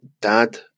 dad